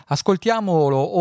Ascoltiamolo